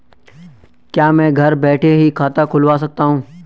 क्या मैं घर बैठे ही खाता खुलवा सकता हूँ?